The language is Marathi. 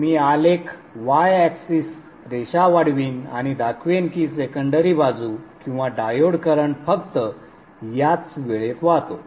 मी आलेख y ऍक्सिस रेषा वाढवीन आणि दाखवेन की सेकंडरी बाजू किंवा डायोड करंट फक्त याच वेळेत वाहतो